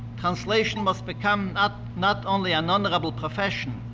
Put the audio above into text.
translation must become ah not only an honorable profession,